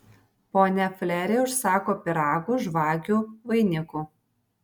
ponia fleri užsako pyragų žvakių vainikų